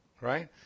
right